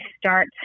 start